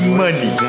money